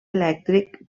elèctric